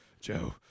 Joe